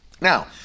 Now